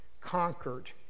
conquered